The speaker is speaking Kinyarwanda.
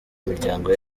imiryango